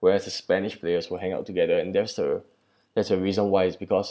where as the spanish players will hang out together and there's err there's a reason why is because